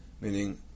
meaning